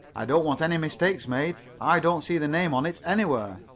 i don't want any mistake made. i don't see the name on it anywhere.